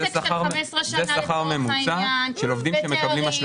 ותק של 15 שנה לצורך העניין ותארים.